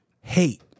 hate